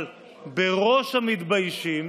אבל בראש המתביישים